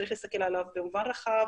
צריך להסתכל עליו במובן רחב,